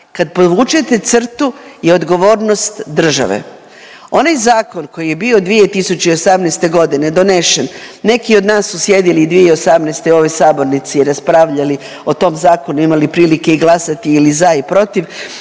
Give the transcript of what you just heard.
kad povučete crtu je odgovornost države. Onaj zakon koji je bio 2018. donešen, neki od nas su sjedili i 2018. u ovoj sabornici i raspravljali o tom zakonu, imali prilike i glasati ili za i protiv,